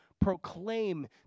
proclaim